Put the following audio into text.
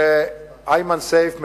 שאיימן סייף,